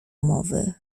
mowy